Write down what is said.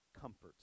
comforts